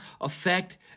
effect